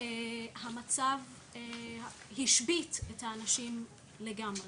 המצב השבית את האנשים לגמרי.